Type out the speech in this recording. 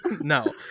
No